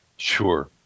Sure